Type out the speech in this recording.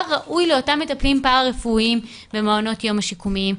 ראוי לאותם מטפלים פרא רפואיים במעונות יום השיקומיים.